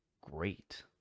great